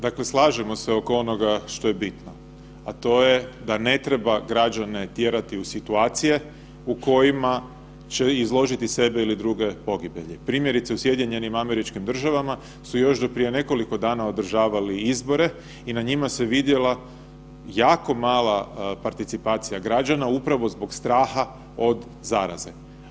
Dakle slažemo se oko onoga što je bitno, a to je da ne treba građane tjerati u situacije u kojima će izložiti sebe ili druge pogibelji, primjerice u SAD-u su još do prije nekoliko dana održavali izbore i na njima se vidjela jako mala participacija građana upravo zbog straha od zaraze.